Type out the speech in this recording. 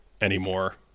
anymore